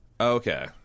Okay